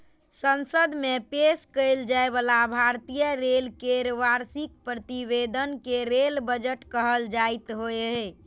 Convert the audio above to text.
संसद मे पेश कैल जाइ बला भारतीय रेल केर वार्षिक प्रतिवेदन कें रेल बजट कहल जाइत रहै